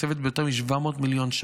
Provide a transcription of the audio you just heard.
מתוקצבת ביותר מ-700 מיליון שקלים.